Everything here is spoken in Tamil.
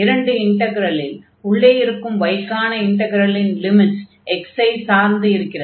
இரண்டு இன்டக்ரலில் உள்ளே இருக்கும் y க்கான இன்டக்ரலின் லிமிட்ஸ் x ஐ சார்ந்து இருக்கிறது